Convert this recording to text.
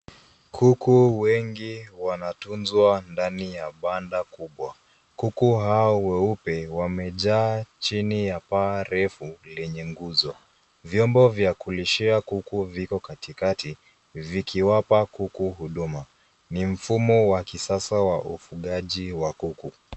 Kuku wengi wanatunzwa ndani ya banda kubwa kuku hao weupe wamejaa chini ya paa refu lenye nguzo vyombo vya kulishia kuku viko katikati vikiwapa kuku huduma ni mfumo wa kisasa wa ufugaji wa kuku.